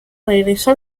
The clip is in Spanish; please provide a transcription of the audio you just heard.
regresó